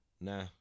nah